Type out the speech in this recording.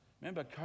remember